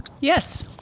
yes